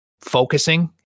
focusing